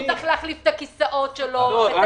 הוא צריך להחליף את הכיסאות שלו ---.